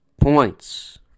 Points